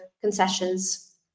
concessions